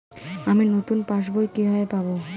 আমি নতুন পাস বই কিভাবে পাব?